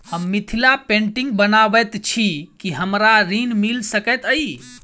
हम मिथिला पेंटिग बनाबैत छी की हमरा ऋण मिल सकैत अई?